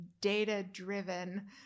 data-driven